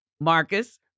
Marcus